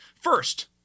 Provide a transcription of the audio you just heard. first